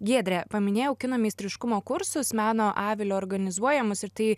giedre paminėjau kino meistriškumo kursus meno avilio organizuojamus ir tai